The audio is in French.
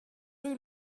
rue